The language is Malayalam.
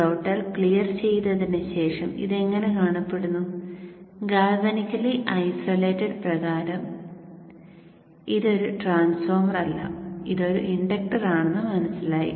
പ്ലോട്ടർ ക്ലിയർ ചെയ്തതിന് ശേഷം ഇത് എങ്ങനെ കാണപ്പെടുന്നു ഗാൽവാനിക്കലി ഐസൊലേറ്റഡ് പ്രകാരം ഇതൊരു ട്രാൻസ്ഫോർമർ അല്ല ഇതൊരു ഇൻഡക്ടറാണെന്ന് മനസിലായി